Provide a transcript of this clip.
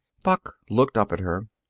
buck looked up at her.